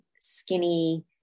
skinny